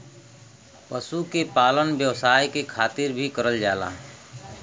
पशु के पालन व्यवसाय के खातिर भी करल जाला